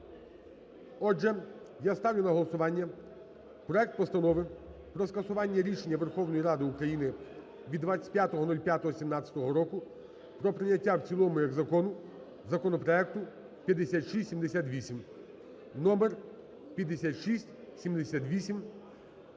Отже, я ставлю на голосування проект Постанови про скасування рішення Верховної Ради України від 25.05.17 року про прийняття в цілому як Закону законопроекту 5678. Номер 5678…